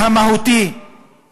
המהותי